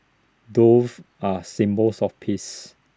doves are symbols of peace